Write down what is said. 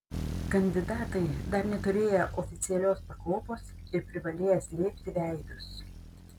kandidatai dar neturėję oficialios pakopos ir privalėję slėpti veidus